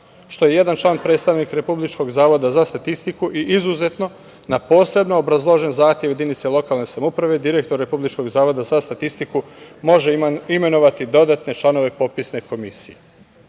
što je jedan član predstavnik Republičkog zavoda za statistiku i izuzetno, na posebno obrazložen zahtev jedinice lokalne samouprave, direktor Republičkog zavoda za statistiku može imenovati dodatne članove popisne komisije.U